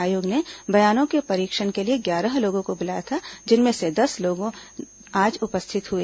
आयोग ने बयानों के परीक्षण के लिए ग्यारह लोगों को बुलाया था जिनमें से दस लोग आज उपस्थित हुए